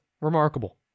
remarkable